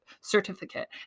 certificate